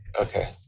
Okay